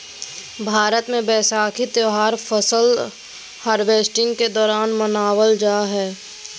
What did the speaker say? भारत मे वैसाखी त्यौहार फसल हार्वेस्टिंग के दौरान मनावल जा हय